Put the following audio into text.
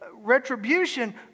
retribution